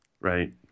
right